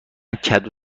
کدو